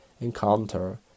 encounter